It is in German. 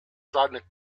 sein